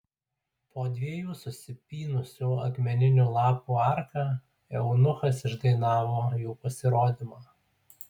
po dviejų susipynusių akmeninių lapų arka eunuchas išdainavo jų pasirodymą